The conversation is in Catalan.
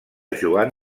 joan